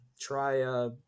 try